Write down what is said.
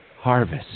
harvest